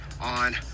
on